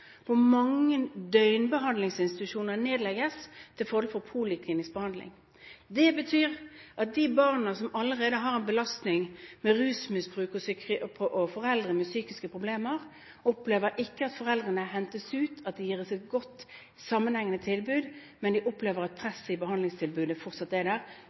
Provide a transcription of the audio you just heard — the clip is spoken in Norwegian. mange døgnbehandlingsinstitusjoner nedlegges til fordel for poliklinisk behandling. Dette betyr at de barna som allerede har en belastning med foreldre med rusmisbruk og psykiske problemer, ikke opplever at foreldrene hentes ut, eller at det gis et godt sammenhengende tilbud. Presset i behandlingstilbudet er fortsatt der, uten at